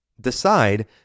Decide